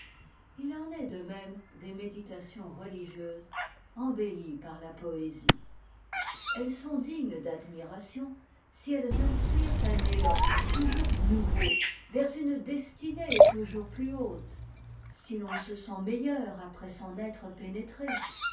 rivage en est de même des méditations religieuses embellies par a poésie e ës sont'dignes d'admiration si ehes inspirent un'éian toujours nouveau vers une destinée toujours plus haute si ton se sent meilleur après s'en être pénétré